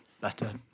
better